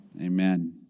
Amen